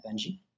Benji